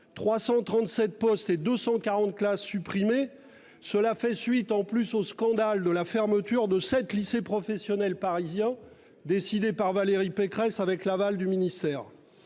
337 postes et 240 classes supprimées ! Cela fait suite, qui plus est, au scandale de la fermeture de sept lycées professionnels parisiens, décidée par Valérie Pécresse avec l'aval de votre ministère.